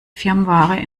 firmware